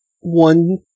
one